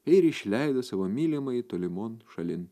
ir išleido savo mylimajai tolimon šalin